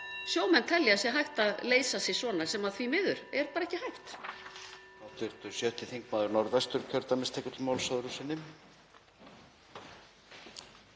sjómenn telja að sé hægt að leysa sisvona, sem því miður er bara ekki hægt.